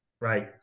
right